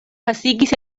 pasigis